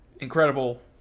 incredible